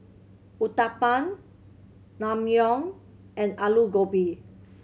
Uthapam Naengmyeon and Alu Gobi